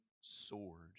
sword